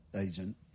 agent